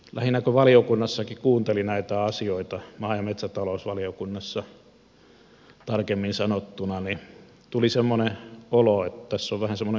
lähinnä kun maa ja metsätalousvaliokunnassakin kuunteli näitä asioita tuli semmoinen olo että tässä on vähän semmoinen koulukiusaamisen henki